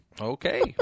Okay